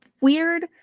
weird